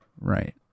Right